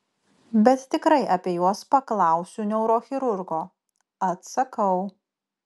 bet tikrai apie juos paklausiu neurochirurgo atsakau